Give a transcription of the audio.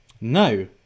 No